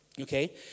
okay